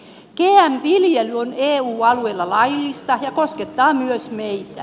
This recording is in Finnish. gm viljely on eu alueella laillista ja koskettaa myös meitä